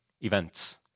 events